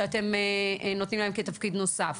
שאתם נותנים להם כתפקיד נוסף?